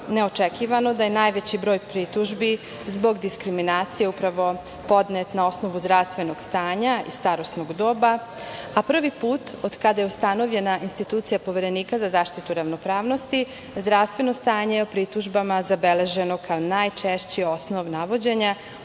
neočekivano da je najveći broj pritužbi zbog diskriminacije upravo podnet na osnovu zdravstvenog stanja i starosnog doba, a prvi put od kada je ustanovljena institucija Poverenika za zaštitu ravnopravnosti zdravstveno stanje u pritužbama zabeleženo je kao najčešći osnov navođenja